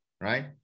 right